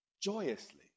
Joyously